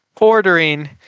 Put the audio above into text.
ordering